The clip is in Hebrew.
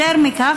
יותר מזה,